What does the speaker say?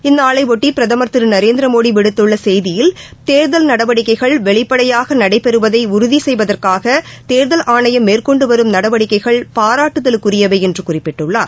இந்நாளையொட்டிபிரதமர் திருநரேந்திரமோடிவிடுத்துள்ளசெய்தியில் தேர்தல் நடவடிக்கைகள் வெளிப்படையாகநடைபெறுவதைஉறுதிசெய்வதற்காகதேர்தல் ஆணையம் மேற்கொண்டுவரும் நடவடிக்கைகள் பாராட்டுதலுக்குரியவைஎன்றுகுறிப்பிட்டுள்ளார்